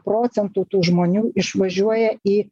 procentų tų žmonių išvažiuoja į